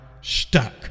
stuck